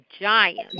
giants